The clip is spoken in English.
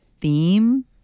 theme